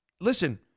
listen